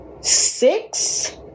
six